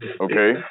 Okay